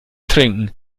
trinken